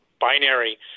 binary